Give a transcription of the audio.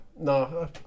No